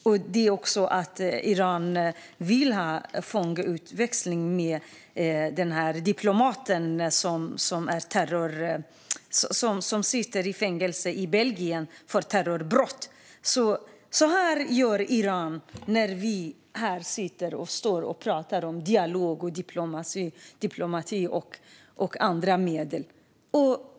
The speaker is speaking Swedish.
Iran vill också ha fångutväxling med diplomaten som sitter i fängelse i Belgien för terrorbrott. Så här gör Iran medan vi står här och pratar om dialog och diplomati och andra medel.